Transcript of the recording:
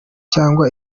cyangwa